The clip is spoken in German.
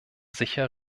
sicher